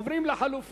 אנחנו עוברים לסעיף